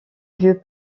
vieux